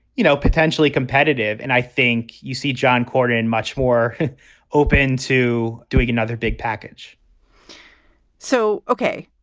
you know, potentially competitive. and i think you see john cornyn and much more open to doing another big package so, ok,